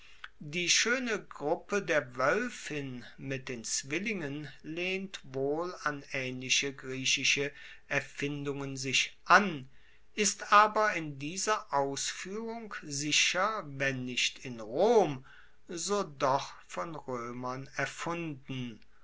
die schoene gruppe der woelfin mit den zwillingen lehnt wohl an aehnliche griechische erfindungen sich an ist aber in dieser ausfuehrung sicher wenn nicht in rom so doch von roemern erfunden